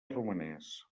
romanès